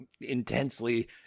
intensely